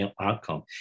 outcome